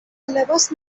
لباس